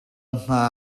hma